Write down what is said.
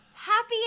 happy